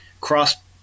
cross